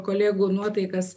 kolegų nuotaikas